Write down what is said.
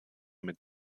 mit